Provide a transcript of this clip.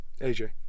AJ